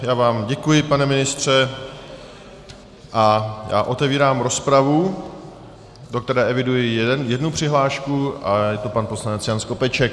Já vám děkuji, pane ministře, a otevírám rozpravu, do které eviduji jednu přihlášku, a je to pan poslanec Jan Skopeček.